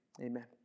amen